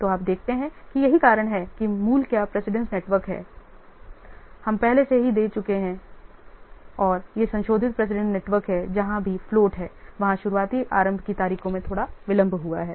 तो आप देखते हैं यही कारण है कि मूल क्या प्रेसिडेंस नेटवर्क है हम पहले से ही दे चुके हैं और यह संशोधित प्रेसिडेंस नेटवर्क है जहां भी फ्लोट है वहां शुरुआती आरंभ की तारीखों में थोड़ा विलंब हुआ है